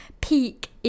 peak